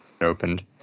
opened